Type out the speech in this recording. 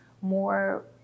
more